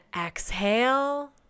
exhale